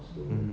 mmhmm